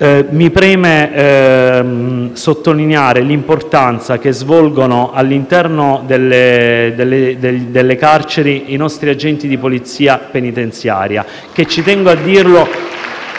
Mi preme sottolineare l'importanza che svolgono all'interno delle carceri i nostri agenti di polizia penitenziaria. *(Applausi